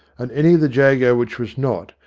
and any of the jago which was not,